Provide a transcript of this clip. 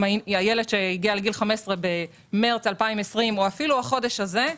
הילד הגיע לגיל 15 במרץ 2020 או אפילו בחודש הזה,